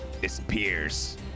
disappears